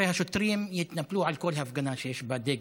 הרי השוטרים יתנפלו על כל הפגנה שיש בה דגל,